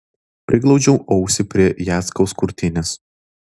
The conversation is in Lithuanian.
priglaudžiau ausį prie jackaus krūtinės